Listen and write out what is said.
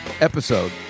episode